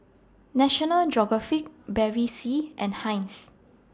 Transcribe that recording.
National Geographic Bevy C and Heinz